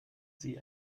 sie